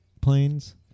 planes